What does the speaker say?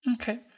Okay